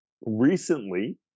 recently